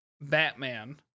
Batman